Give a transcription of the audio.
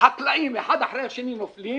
שחקלאים אחד אחרי השני נופלים.